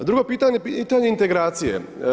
A drugo pitanje, pitanje integracije.